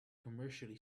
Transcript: commercially